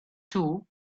too